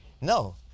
No